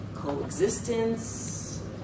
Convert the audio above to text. coexistence